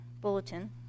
bulletin